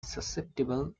susceptible